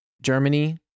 Germany